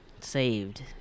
Saved